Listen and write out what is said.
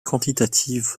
quantitative